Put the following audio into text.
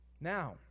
Now